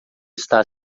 está